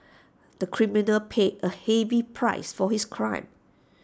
the criminal paid A heavy price for his crime